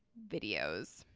videos.